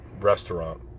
restaurant